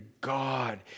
God